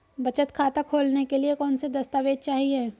बचत खाता खोलने के लिए कौनसे दस्तावेज़ चाहिए?